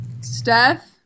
Steph